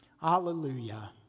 Hallelujah